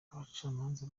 abacamanza